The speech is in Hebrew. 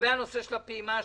לגבי הנושא של הפעימה השנייה.